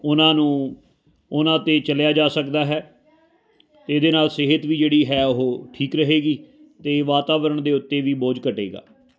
ਉਹਨਾਂ ਨੂੰ ਉਹਨਾਂ 'ਤੇ ਚੱਲਿਆ ਜਾ ਸਕਦਾ ਹੈ ਇਹਦੇ ਨਾਲ ਸਿਹਤ ਵੀ ਜਿਹੜੀ ਹੈ ਉਹ ਠੀਕ ਰਹੇਗੀ ਅਤੇ ਵਾਤਾਵਰਣ ਦੇ ਉੱਤੇ ਵੀ ਬੋਝ ਘਟੇਗਾ